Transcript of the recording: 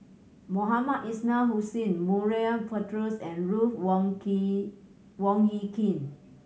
Mohamed Ismail Hussain Murray Buttrose and Ruth Wong King Wong Hie King